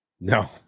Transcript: No